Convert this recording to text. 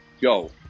go